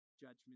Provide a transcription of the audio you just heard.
judgment